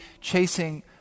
chasing